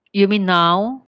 you mean now